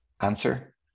answer